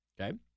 Okay